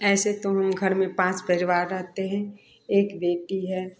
ऐसे तो हम घर में पाँच परिवार रहते हैं एक बेटी है